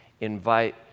invite